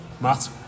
Matt